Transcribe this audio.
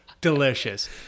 Delicious